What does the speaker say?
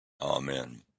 Amen